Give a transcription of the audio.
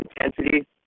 intensity